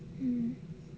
mm